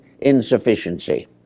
insufficiency